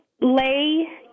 lay